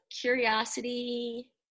curiosity